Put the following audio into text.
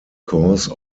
cause